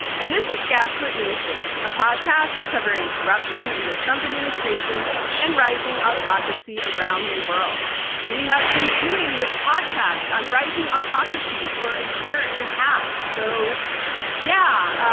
and this is gaslit nation. a podcast covering corruption in the trump administration and rising autocracy around the world and we have been doing this podcast on rising autocracy for a year and a half. so yeah.